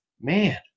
man